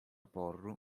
porru